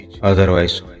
otherwise